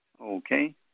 Okay